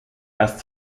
erst